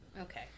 Okay